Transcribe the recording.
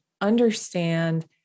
understand